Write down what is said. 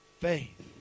faith